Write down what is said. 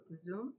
Zoom